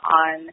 on